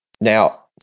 Now